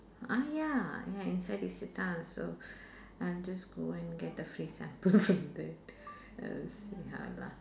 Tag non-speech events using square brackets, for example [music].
ah ya ya inside isetan so I'll just go and get the free sample [laughs] from there uh see how lah